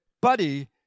Buddy